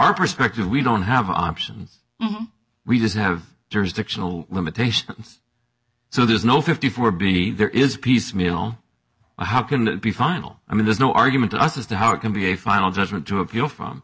our perspective we don't have options we just have jurisdiction limitations so there's no fifty four b there is piecemeal how can that be final i mean there's no argument as to how it can be a final judgment to appeal from